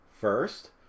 First